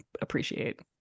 appreciate